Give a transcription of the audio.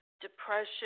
depression